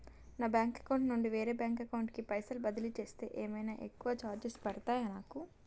నా bank account నుండి వేరే బ్యాంక్ అకౌంట్ కి పైసల్ బదిలీ చేస్తే ఏమైనా ఎక్కువ చార్జెస్ పడ్తయా నాకు?